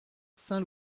saint